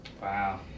Wow